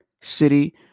city